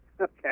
Okay